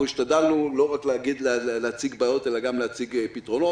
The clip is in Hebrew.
השתדלנו לא רק להציג בעיות אלא גם להציג פתרונות.